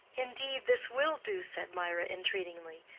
indeed this will do, said mirah, entreatingly.